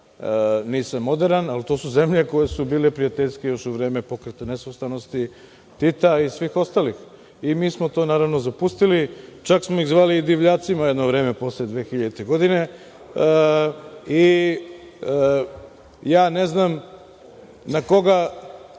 nisam moderan, ali to su zemlje koje su bile prijateljske još u vreme Pokreta nesvrstanosti, Tita i svih ostalih, i mi smo to naravno zapustili. Čak smo iz zvali i divljacima jedno vreme, posle 2000. godine. Ja ne znam na koga,